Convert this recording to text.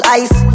ice